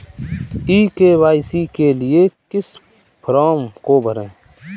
ई KYC के लिए किस फ्रॉम को भरें?